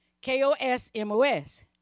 K-O-S-M-O-S